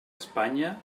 espanya